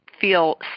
feel